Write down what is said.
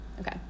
Okay